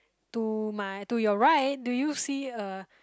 to my to your right do you see a